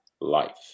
life